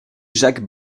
jacques